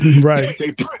right